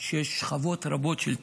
שיש שכבות רבות של טיפול,